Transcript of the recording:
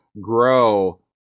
grow